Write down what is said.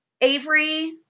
Avery